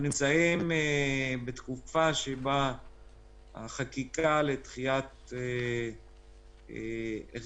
אנחנו נמצאים בתקופה שבה החקיקה לדחיית החזר